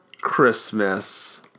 Christmas